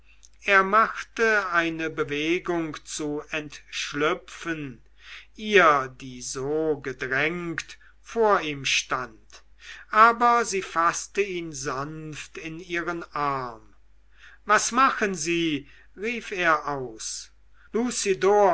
er machte eine bewegung zu entschlüpfen ihr die so gedrängt vor ihm stand aber sie faßte ihn sanft in ihren arm was machen sie rief er aus